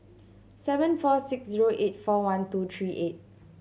seven four six zero eight four one two three eight